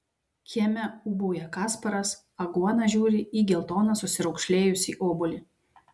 kieme ūbauja kasparas aguona žiūri į geltoną susiraukšlėjusį obuolį